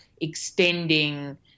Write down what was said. extending